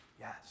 Yes